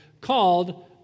called